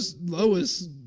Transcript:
Lois